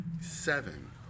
seven